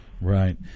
Right